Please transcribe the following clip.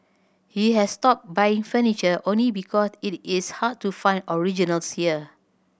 he has stopped buying furniture only because it is hard to find originals here